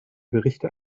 berichte